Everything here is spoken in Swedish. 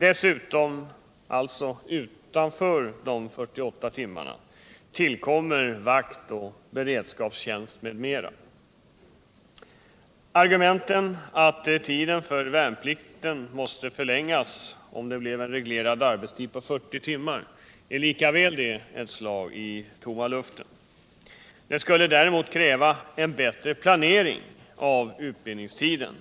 Dessutom, alltså utanför de 48 timmarna, tillkommer vakt och beredskap m.m. Argumenten att tiden för värnplikten måste förlängas, om det blev en reglerad arbetstid på 40 timmar, är likaväl ett slag i luften. Det skulle däremot kräva en bättre planering av utbildningstiden,